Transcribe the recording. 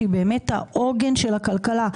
שהיא באמת העוגן של הכלכלה.